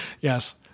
Yes